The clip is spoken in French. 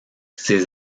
ses